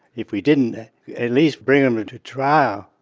if we didn't at least bring him to trial,